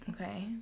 Okay